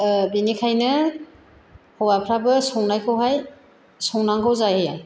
बेनिखायनो हौवाफ्राबो संनायखौहाय संनांगौ जायो